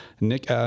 Nick